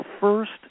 first